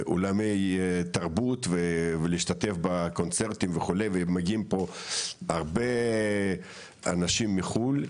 לאולמי תרבות ולהשתתף בקונצרטים וכו' ומגיעים לפה הרבה אנשים מחו"ל,